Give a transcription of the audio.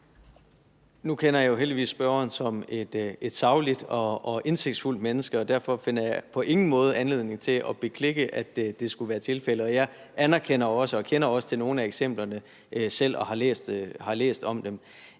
Nu kender jeg jo heldigvis spørgeren om et sagligt og indsigtsfuldt menneske, og derfor finder jeg på ingen måde anledning til at beklikke, at det skulle være tilfældet, og jeg anerkender og kender også selv til nogle af eksemplerne og har læst om dem.